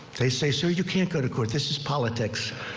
they say so you can't go to court. this is politics.